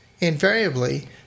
Invariably